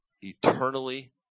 eternally